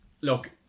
look